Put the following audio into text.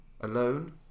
Alone